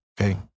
okay